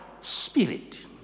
spirit